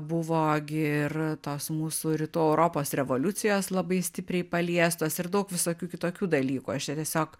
buvo gi ir tos mūsų rytų europos revoliucijos labai stipriai paliestos ir daug visokių kitokių dalykų aš čia tiesiog